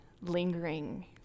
lingering